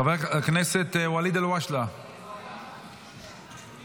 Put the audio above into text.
חבר הכנסת ווליד אלהואשלה, מוותר.